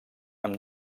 amb